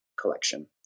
collection